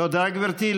תודה, גברתי.